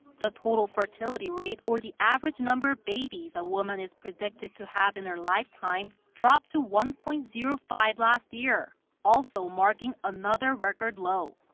the total fertility rate, or the average number of babies a woman is predicted to have in her lifetime, dropped to one point zero five last year also marking another record low.